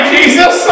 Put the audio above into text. Jesus